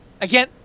again